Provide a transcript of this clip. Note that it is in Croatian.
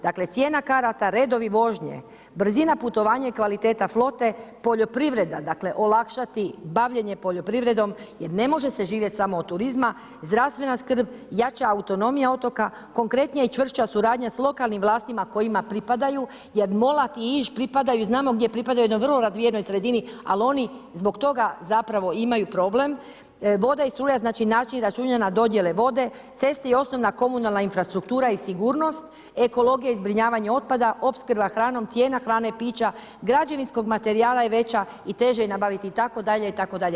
Dakle cijena karata, redovi vožnje, brzina putovanja, kvaliteta flote, poljoprivreda, dakle olakšati bavljenje poljoprivredom jer ne može se živjet samo od turizma, zdravstvena skrb, jača autonomija otoka, konkretnija i čvršća suradnja s lokalnim vlastima kojima pripadaju jer Mulat i Iš pripadaju, znamo gdje pripadaju jednoj vrlo razvijenoj sredini, ali oni zbog toga zapravo imaju problem, voda i struja, znači način računanja dodjele vode, ceste i osnovna komunalna infrastruktura i sigurnost, ekologija i zbrinjavanje otpada, opskrba hranom, cijena hrane, pića, građevinskog materijala je veća i teže je nabaviti itd., itd.